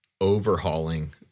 overhauling